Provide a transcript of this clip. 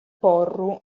porru